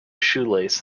shoelace